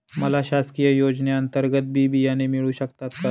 मला शासकीय योजने अंतर्गत बी बियाणे मिळू शकतात का?